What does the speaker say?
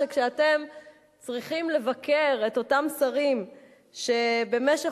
שכשאתם צריכים לבקר את אותם שרים שבמשך